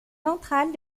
ventrale